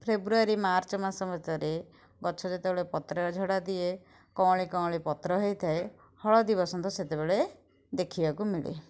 February March ମାସ ଭିତରେ ଗଛ ଯେତେବେଳେ ପତ୍ର ଝଡ଼ା ଦିଏ କଅଁଳି କଅଁଳି ପତ୍ର ହୋଇଥାଏ ହଳଦୀ ବସନ୍ତ ସେତେ ବେଳେ ଦେଖିବାକୁ ମିଳେ